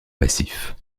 passif